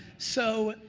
so